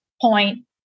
point